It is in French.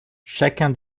chacun